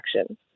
action